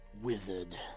wizard